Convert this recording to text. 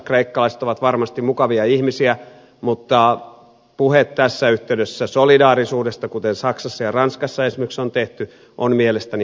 kreikkalaiset ovat varmasti mukavia ihmisiä mutta puhe tässä yhteydessä solidaarisuudesta kuten saksassa ja ranskassa esimerkiksi on puhuttu on mielestäni harhaanjohtavaa